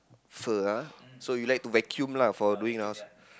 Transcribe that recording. fur ah so you like to vacuum lah for doing house